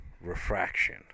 refraction